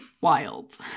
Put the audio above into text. wild